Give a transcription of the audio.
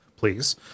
please